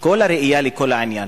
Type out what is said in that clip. כל הראייה של כל העניין.